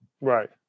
Right